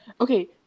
Okay